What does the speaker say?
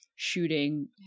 Shooting